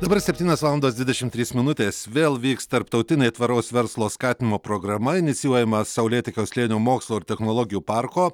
dabar septynios valandos dvidešimt trys minutės vėl vyks tarptautinė tvaraus verslo skatinimo programa inicijuojama saulėtekio slėnio mokslo ir technologijų parko